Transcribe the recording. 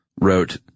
Wrote